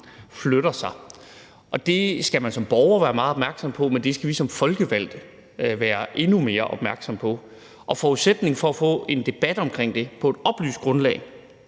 flytter sig, og det skal man som borger være meget opmærksom på, men det skal vi som folkevalgte være endnu mere opmærksomme på. Forudsætningen for at få en debat om det på et oplyst grundlag